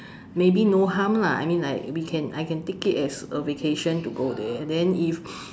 maybe no harm lah I mean I we can I can take it as a vacation to go there then if